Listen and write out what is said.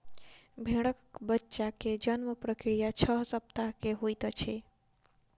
भेड़क बच्चा के जन्म प्रक्रिया छह सप्ताह के होइत अछि